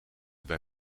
bij